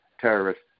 terrorists